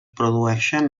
produeixen